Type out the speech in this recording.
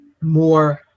more